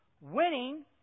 Winning